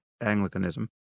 Anglicanism